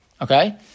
Okay